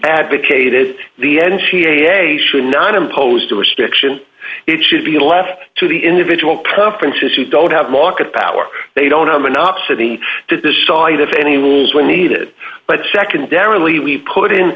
advocated the n c a a should not impose the restriction it should be left to the individual purposes who don't have market power they don't have enough city to decide if any rules were needed but secondarily we put in